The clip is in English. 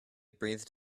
breathed